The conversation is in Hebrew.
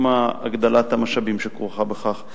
עם הגדלת המשאבים הכרוכה בכך.